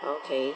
okay